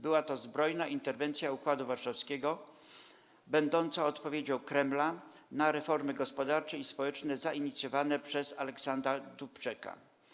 Była to zbrojna interwencja Układu Warszawskiego, będąca odpowiedzią Kremla na reformy gospodarcze i społeczne zainicjowane przez Aleksandra Dubčeka.